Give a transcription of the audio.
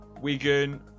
Wigan